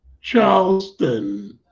Charleston